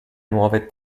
nuove